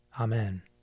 Amen